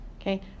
Okay